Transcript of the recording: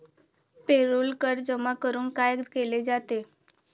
Payroll कर जमा करून काय केले जाते?